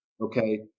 Okay